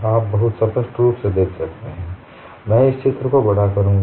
आप बहुत स्पष्ट रूप से देख सकते हैं मैं इस चित्र को बड़ा करूंगा